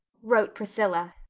wrote priscilla,